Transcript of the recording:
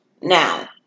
Now